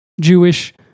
Jewish